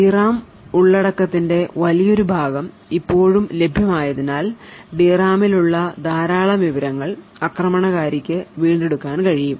D RAM ഉള്ളടക്കത്തിന്റെ വലിയൊരു ഭാഗം ഇപ്പോഴും ലഭ്യമായതിനാൽ ഡി റാമിലുള്ള ധാരാളം വിവരങ്ങൾ ആക്രമണകാരിക്ക് വീണ്ടെടുക്കാൻ കഴിയും